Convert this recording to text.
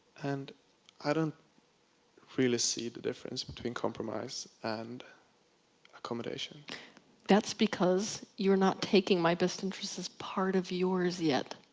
and i don't really see the difference between compromise and accommodation. t that's because you're not taking my best interests as part of yours yet.